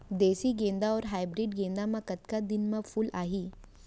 देसी गेंदा अऊ हाइब्रिड गेंदा म कतका दिन म फूल आही?